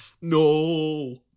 No